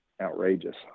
outrageous